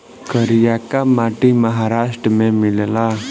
करियाका माटी महाराष्ट्र में मिलेला